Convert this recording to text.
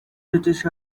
british